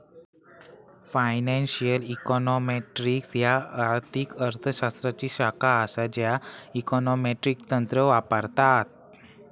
financial econometrics ह्या आर्थिक अर्थ शास्त्राची शाखा असा ज्या इकॉनॉमेट्रिक तंत्र वापरता